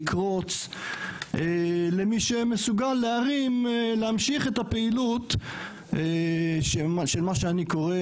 לקרוץ למי שמסוגל להרים להמשיך את הפעילות של מה שאני קורא,